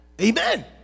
Amen